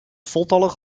voltallig